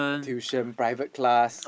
tuition private class